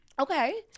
Okay